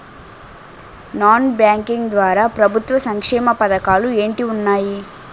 Non banking ద్వారా ప్రభుత్వ సంక్షేమ పథకాలు ఏంటి ఉన్నాయి?